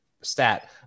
stat